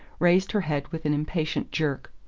raised her head with an impatient jerk.